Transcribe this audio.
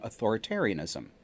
authoritarianism